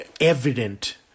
evident